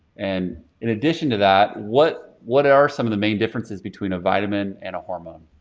and in addition to that what what are some of the main differences between a vitamin and a hormone?